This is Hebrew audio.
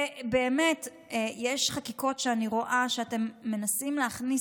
יש חקיקות שאני רואה שאתם מנסים להכניס